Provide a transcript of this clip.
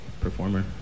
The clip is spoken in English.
performer